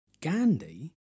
Gandhi